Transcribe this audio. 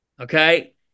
okay